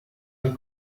der